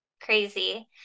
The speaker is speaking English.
crazy